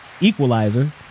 Equalizer